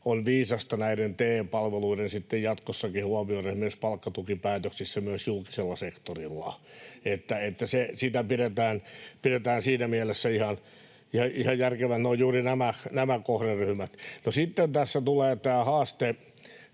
on viisasta näiden TE-palveluiden sitten jatkossakin huomioida myös palkkatukipäätöksissä myös julkisella sektorilla. Sitä pidetään siinä mielessä ihan järkevänä, että ne ovat juuri nämä kohderyhmät. No sitten tässä tulee tämä haaste